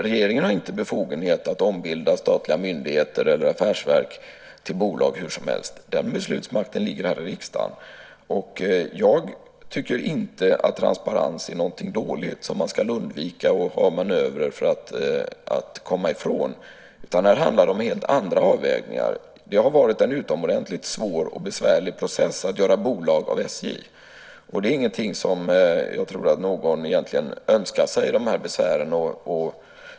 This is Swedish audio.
Regeringen har inte befogenhet att ombilda statliga myndigheter eller affärsverk till bolag hursomhelst. Den beslutsmakten ligger här i riksdagen. Jag tycker inte att transparens är någonting dåligt som man ska undvika och ha manövrer för att komma ifrån. Det handlar om helt andra avvägningar. Det har varit en utomordentligt svår och besvärlig process att göra bolag av SJ. Det är besvär som jag inte tror att någon egentligen önskar sig.